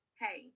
hey